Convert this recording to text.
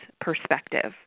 perspective